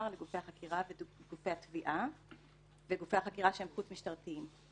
לגופי החקירה ולגופי התביעה וגופי החקירה שהם חוץ-משטרתיים.